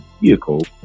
vehicle